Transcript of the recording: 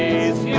is